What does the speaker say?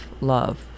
love